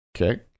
Okay